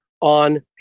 on